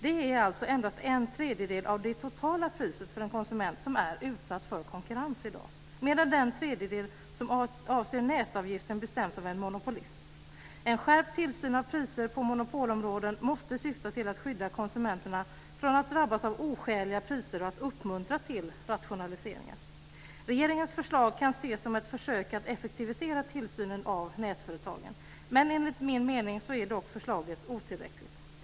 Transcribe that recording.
Det är alltså endast en tredjedel av det totala priset för en konsument som är utsatt för konkurrens, medan den tredjedel som avser nätavgiften bestäms av en monopolist. En skärpt tillsyn av priser på monopolområden måste syfta till att skydda konsumenterna från att drabbas av oskäliga priser och att uppmuntra till rationaliseringar. Regeringens förslag kan ses som ett försök att effektivisera tillsynen av nätföretagen. Men enligt min mening är förslaget dock otillräckligt.